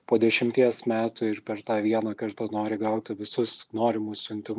po dešimties metų ir per tą vieną kartą nori gauti visus norimus siuntimus